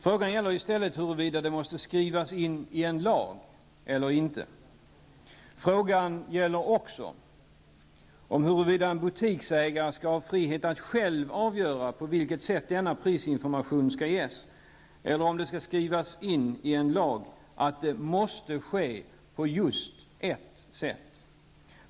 Frågan gäller i stället huruvida det måste skrivas in i en lag eller inte. Frågan gäller också huruvida en butiksägare skall ha frihet att själv avgöra på vilket sätt prisinformationen skall ges eller om det skall skrivas in i en lag att det måste ske på just ett sätt.